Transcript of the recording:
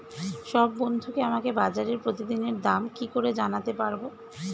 সব বন্ধুকে আমাকে বাজারের প্রতিদিনের দাম কি করে জানাতে পারবো?